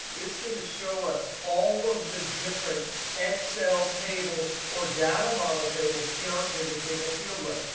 it's going to show us all of the different excel tables or data model tables in our pivot table field list.